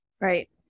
Right